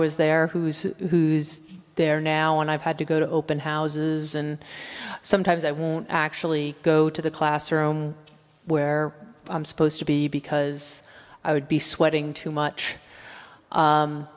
was there who's who's there now and i've had to go to open houses and sometimes i won't actually go to the classroom where i'm supposed to be because i would be sweating too much